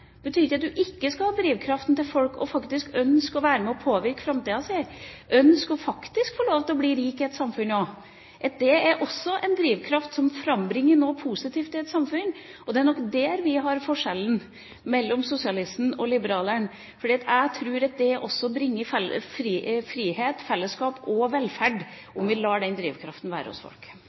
betyr ikke at folk ikke skal ha drivkraft til å ønske å være med på å påvirke framtida si, ønske og faktisk få lov til å bli rik i et samfunn, også. Det er også en drivkraft som frambringer noe positivt i et samfunn, og det er nok der forskjellen mellom sosialisten og liberaleren ligger. Jeg tror at det også bringer frihet, fellesskap og velferd når vi lar den drivkraften være hos folk.